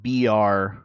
BR